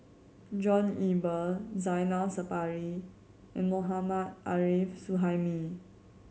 John Eber Zainal Sapari and Mohammad Arif Suhaimi